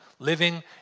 living